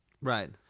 Right